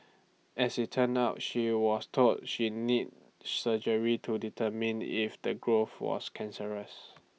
as IT turned out she was told she needed surgery to determine if the growth was cancerous